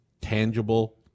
tangible